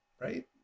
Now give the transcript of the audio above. right